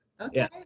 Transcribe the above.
Okay